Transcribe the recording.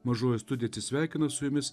mažoji studija atsisveikina su jumis